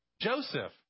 Joseph